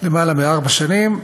יותר מארבע שנים.